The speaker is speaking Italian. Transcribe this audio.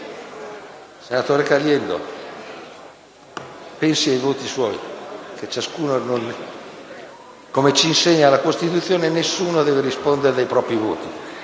Senatore Caliendo, pensi ai suoi voti. Come ci insegna la Costituzione, nessuno deve rispondere dei propri voti.